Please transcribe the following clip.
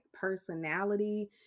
personality